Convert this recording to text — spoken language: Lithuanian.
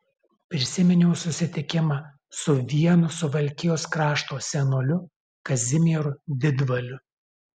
prisiminiau susitikimą su vienu suvalkijos krašto senoliu kazimieru didvaliu